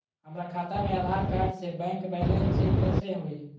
हमरा खाता में आधार कार्ड से बैंक बैलेंस चेक कैसे हुई?